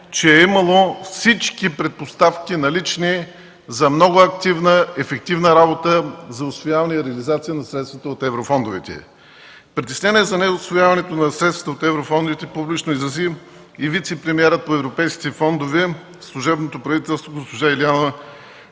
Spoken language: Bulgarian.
че е имало всички налични предпоставки за много активна, ефективна работа за усвояване и реализация на средствата от еврофондовете. Притеснения за неусвояването на средствата от еврофондовете публично изрази и вицепремиерът по европейските фондове в служебното правителство госпожа Илияна